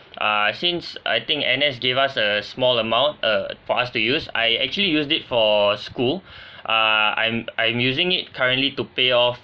uh since I think N_S gave us a small amount uh for us to use I actually used it for school ah I'm I'm using it currently to pay off